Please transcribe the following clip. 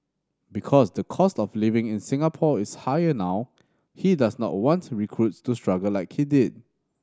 because the cost of living in Singapore is higher now he does not want to recruits to struggle like he did